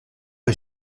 est